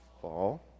fall